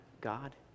God